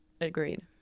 Agreed